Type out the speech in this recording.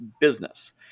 business